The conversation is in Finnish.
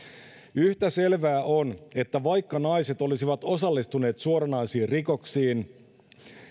yhtä selvää on että vaikka naiset olisivat osallistuneet suoranaisiin rikoksiin